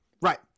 Right